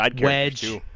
Wedge